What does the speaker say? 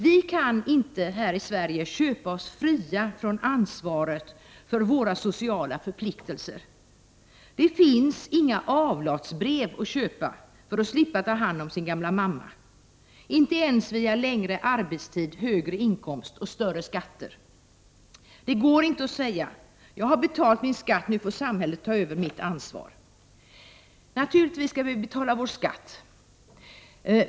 Vi kan inte här i Sverige köpa oss fria från våra sociala förpliktelser. Det finns inga avlatsbrev att köpa för att slippa att ta hand om sin gamla mamma —- inte ens via längre arbetstid, högre inkomst och större skatter. Det går inte att säga: Jag har betalat min skatt, nu får samhället ta över mitt ansvar. Naturligtvis skall vi betala vår skatt.